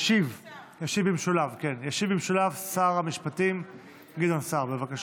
ישיב במשולב שר המשפטים גדעון סער, בבקשה.